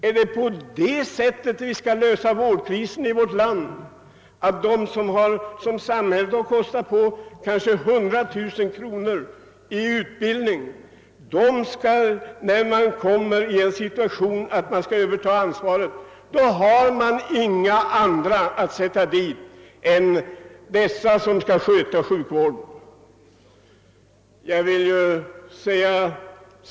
är det på det sättet som vi skall lösa vårdkrisens problem i vårt land, att de, som samhället har kostat på utbildning för kanske 100 000 kronor per styck för att de skall kunna fullgöra sina viktiga uppgifter i samhället, sedan måste sättas in på angivna poster, enär ingen annan och lämpligare borgerlig arbetskraft finns att tillgå? Men dessa borde väl handha den egentliga sjukvården, när man måste överta ansvaret för denna?